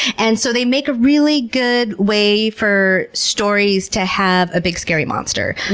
and so, they make a really good way for stories to have a big scary monster,